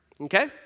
okay